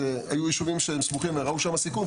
שראו שיש יישובים סמוכים ולכן הם בסיכון,